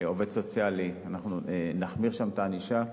עובד סוציאלי, אנחנו נחמיר שם את הענישה,